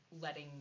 letting